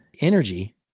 energy